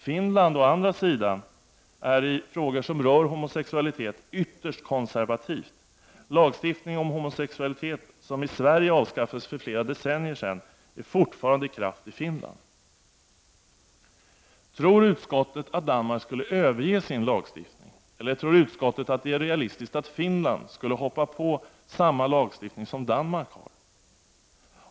Finland å andra sidan är i frågor som rör homosexualitet ytterst konservativt. Lagstiftning om homosexualitet som i Sverige avskaffades för flera decennier sedan är fortfarande i kraft i Finland. Tror utskottet att Danmark skulle överge sin lagstiftning? Eller tror utskottet att det är realistiskt att Finland skulle gå in för samma lagstiftning som Danmark har?